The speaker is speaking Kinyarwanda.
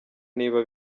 niba